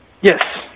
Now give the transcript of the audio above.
yes